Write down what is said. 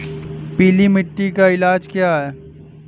पीली मिट्टी का इलाज क्या है?